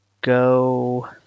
go